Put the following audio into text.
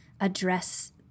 address